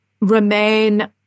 remain